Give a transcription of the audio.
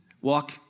Walk